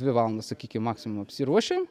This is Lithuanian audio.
dvi valandas sakykim maksimum apsiruošiam